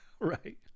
Right